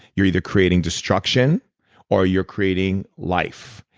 you're either creating destruction or you're creating life.